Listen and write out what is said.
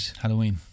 Halloween